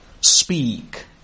speak